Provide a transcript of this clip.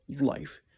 life